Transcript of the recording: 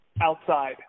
outside